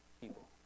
people